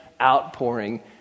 outpouring